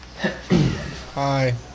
Hi